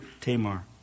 Tamar